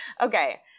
okay